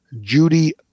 Judy